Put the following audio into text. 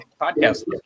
podcast